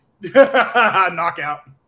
Knockout